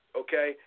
okay